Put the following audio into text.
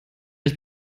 ich